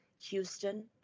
Houston